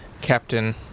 Captain